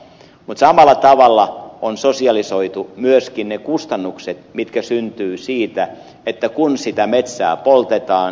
mutta samalla tavalla on sosialisoitu myöskin ne kustannukset mitkä syntyvät siitä kun sitä metsää poltetaan